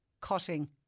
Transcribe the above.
cutting